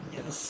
Yes